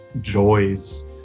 joys